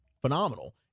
phenomenal